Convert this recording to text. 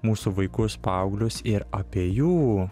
mūsų vaikus paauglius ir apie jų